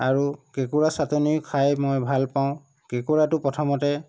আৰু কেঁকুৰা ছাটনি খাই মই ভাল পাওঁ কেঁকুৰাটো প্ৰথমতে